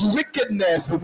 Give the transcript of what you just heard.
wickedness